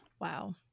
wow